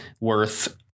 worth